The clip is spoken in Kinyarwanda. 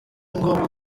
ngombwa